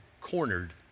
cornered